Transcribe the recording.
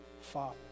Father